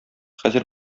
хәзер